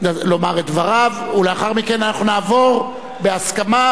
לומר את דבריו, ולאחר מכן אנחנו נעבור בהסכמה